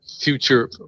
future